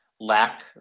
lack